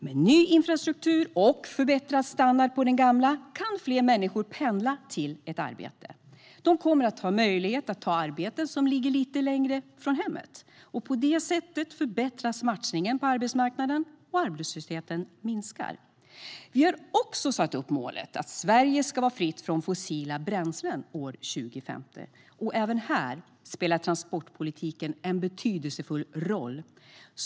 Med ny infrastruktur och förbättrad standard på den gamla kan fler människor pendla till ett arbete. De kommer att ha möjlighet att ta arbeten som ligger lite längre från hemmet. På det sättet förbättras matchningen på arbetsmarknaden, och arbetslösheten minskar. Vi har också satt upp målet att Sverige ska vara fritt från fossila bränslen år 2050. Även här spelar transportpolitiken en betydelsefull roll.